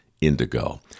indigo